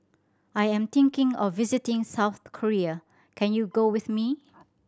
I am thinking of visiting South Korea can you go with me